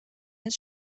his